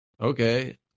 Okay